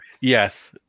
yes